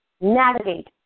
Navigate